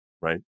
right